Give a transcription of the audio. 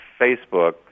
Facebook